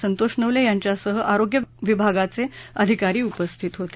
संतोष नवले यांच्यासह आरोग्य विभागाचे अधिकारी उपस्थित होते